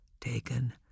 Taken